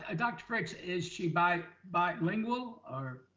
ah dr. fritz, is she by bilingual or.